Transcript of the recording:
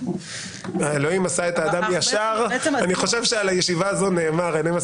אני חושב שעל הישיבה הזאת נאמר שאלוהים